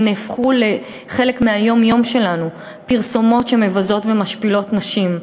הם הפכו לחלק מהיום-יום שלנו: פרסומות שמבזות ומשפילות נשים,